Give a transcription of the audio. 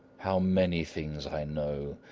how many things i know!